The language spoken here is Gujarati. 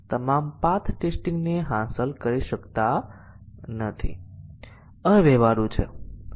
તેથી આ ફક્ત એક ઉદાહરણ છે શોર્ટ સર્કિટ મૂલ્યાંકન